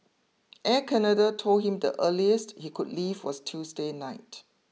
Air Canada told him the earliest he could leave was Tuesday night